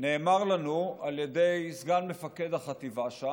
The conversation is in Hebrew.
נאמר לנו על ידי סגן מפקד החטיבה שם: